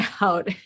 out